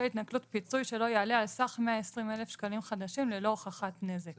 התנכלות פיצוי שלא יעלה על סך 120,000 שקלים חדשים ללא הוכחת נזק.